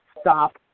stop